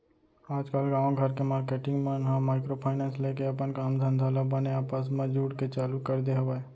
आजकल गाँव घर के मारकेटिंग मन ह माइक्रो फायनेंस लेके अपन काम धंधा ल बने आपस म जुड़के चालू कर दे हवय